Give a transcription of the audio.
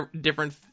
different